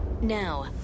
Now